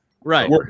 Right